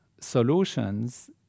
solutions